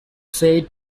said